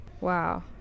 Wow